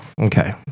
Okay